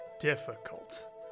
difficult